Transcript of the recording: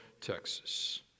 Texas